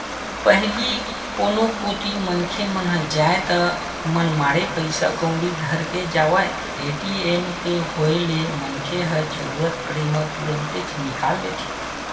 पहिली कोनो कोती मनखे मन जावय ता मनमाड़े पइसा कउड़ी धर के जावय ए.टी.एम के होय ले मनखे ह जरुरत पड़े म तुरते निकाल लेथे